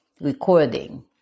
recording